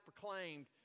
proclaimed